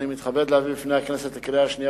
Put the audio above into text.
אני מתכבד להביא בפני הכנסת לקריאה השנייה